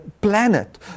planet